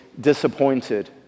disappointed